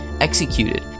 executed